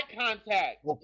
contact